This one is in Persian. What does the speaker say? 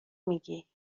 میگی